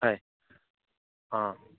হয় অ'